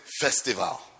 festival